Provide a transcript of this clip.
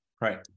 Right